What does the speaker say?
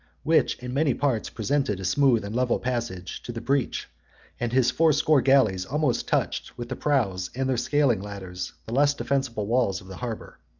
which in many parts presented a smooth and level passage to the breach and his fourscore galleys almost touched, with the prows and their scaling-ladders, the less defensible walls of the harbor.